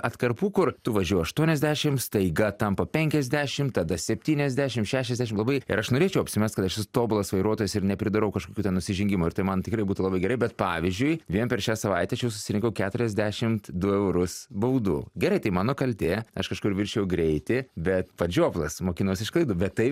atkarpų kur tu važiuoji aštuoniasdešimts staiga tampa penkiasdešim tada septyniasdešim šešiasdešim labai ir aš norėčiau apsimest kad aš esu tobulas vairuotojas ir nepridarau kažkokių nusižengimų ir tai man tikrai būtų labai gerai bet pavyzdžiui vien per šią savaitę aš jau susirinkau keturiasdešim du eurus baudų gerai tai mano kaltė aš kažkur viršijau greitį bet pats žioplas mokinuos iš klaidų bet tai